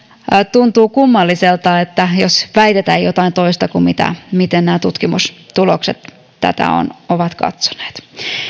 tuntuu kummalliselta jos väitetään jotain toista kuin miten nämä tutkimustulokset tätä ovat katsoneet